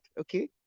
okay